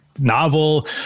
novel